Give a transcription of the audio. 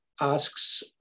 asks